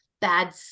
bad